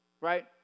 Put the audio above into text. right